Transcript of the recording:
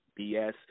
BS